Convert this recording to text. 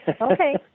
Okay